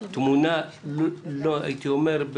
הייתי אומר,